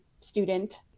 student